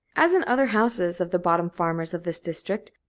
as in other houses of the bottom farmers of this district,